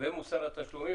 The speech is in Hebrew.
ומוסר התשלומים,